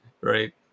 right